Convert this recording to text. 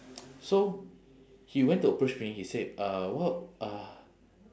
so he went to approach me he said uh what uh